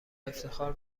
افتخار